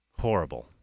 Horrible